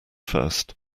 first